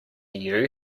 you